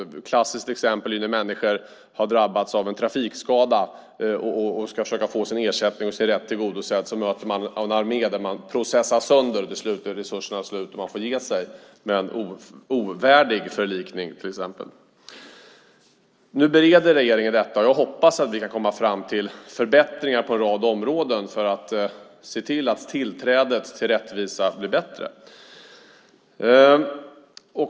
Ett klassiskt exempel är när människor har drabbats av en trafikskada och ska försöka få sin ersättning och sin rätt tillgodosedd. Då möter man en armé där man processas sönder. Till slut är resurserna slut, och man får ge sig med en ovärdig förlikning, till exempel. Nu bereder regeringen detta. Jag hoppas att vi kan komma fram till förbättringar på en rad områden när det gäller att se till att tillträdet till rättvisa blir bättre.